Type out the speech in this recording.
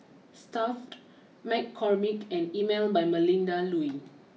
Stuff McCormick and Emel by Melinda Looi